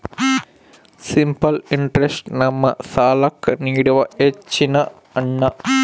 simple interest ನಮ್ಮ ಸಾಲ್ಲಾಕ್ಕ ನೀಡುವ ಹೆಚ್ಚಿನ ಹಣ್ಣ